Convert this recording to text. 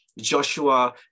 Joshua